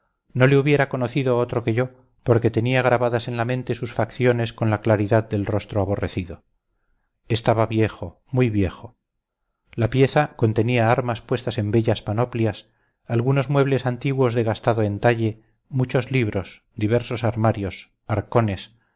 no le hubiera conocido otro que yo porque tenía grabadas en la mente sus facciones con la claridad del rostro aborrecido estaba viejo muy viejo la pieza contenía armas puestas en bellas panoplias algunos muebles antiguos de gastado entalle muchos libros diversos armarios arcones